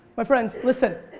my friends, listen,